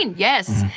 yes.